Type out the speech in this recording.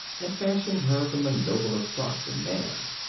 and fashioned her from a nobler stock than man.